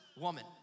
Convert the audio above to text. woman